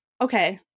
okay